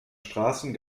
straßen